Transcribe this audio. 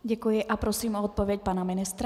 Děkuji a prosím o odpověď pana ministra.